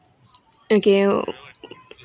okay oh